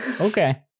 Okay